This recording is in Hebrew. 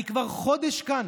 אני כבר חודש כאן,